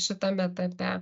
šitam etape